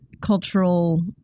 cultural